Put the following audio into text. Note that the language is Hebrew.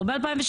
לא ב-2016,